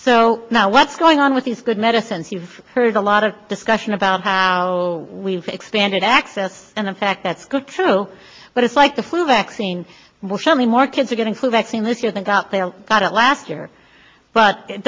so now what's going on with these good medicines you've heard a lot of discussion about how we have expanded access and in fact that's good too but it's like the flu vaccine will show me more kids are getting flu vaccine this year they got they got it last year but it